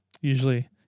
Usually